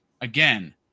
again